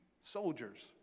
soldiers